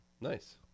Nice